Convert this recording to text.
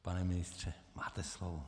Pane ministře, máte slovo.